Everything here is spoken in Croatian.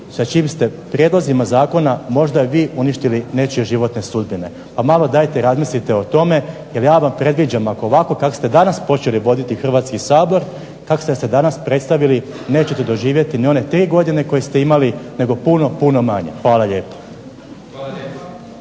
sa čijim ste prijedlozima zakona možda vi uništili nečije životne sudbine, pa malo dajte razmislite o tome, jer ja vam predviđam ako ovako kako ste danas počeli voditi Hrvatski sabor, kako ste se danas predstavili nećete doživjeti ni one tri godine koje ste imali nego puno, puno manje. Hvala lijepo.